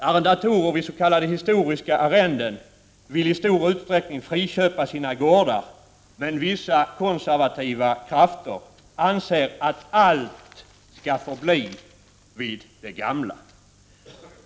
Arrendatorer vid s.k. historiska arrenden vill i stor utsträckning friköpa sina gårdar, men vissa konservativa krafter anser att allt skall förbli vid det gamla.